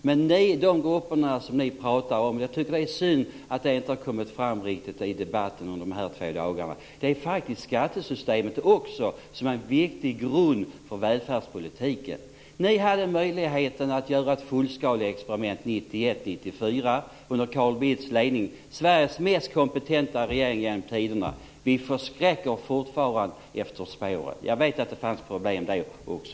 Men ni och de grupper som ni pratar om - jag tycker att det är synd att det inte har kommit fram riktigt i debatten under de senaste två dagarna, eftersom skattesystemet faktiskt är en viktig grund för välfärdspolitiken - hade möjligheten att göra ett fullskaleexperiment 1991-1994 under Carl Bildts ledning av Sveriges mest kompetenta regering genom tiderna. Vi förskräcks fortfarande av spåren. Jag vet att det fanns problem då också.